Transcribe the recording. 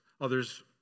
Others